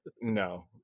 no